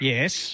Yes